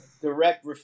direct